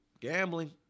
Gambling